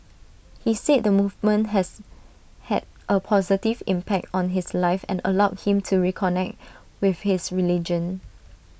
he said the movement has had A positive impact on his life and allowed him to reconnect with his religion